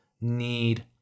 need